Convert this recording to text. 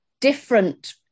different